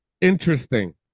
interesting